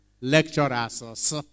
lecturers